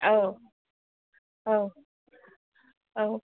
औ औ